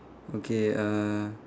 okay uh